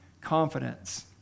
confidence